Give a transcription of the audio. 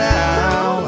now